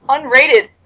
Unrated